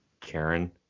karen